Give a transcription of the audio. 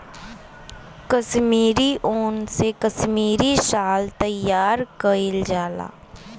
कसमीरी उन से कसमीरी साल तइयार कइल जाला